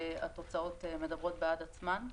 והתוצאות מדברות בעד עצמן.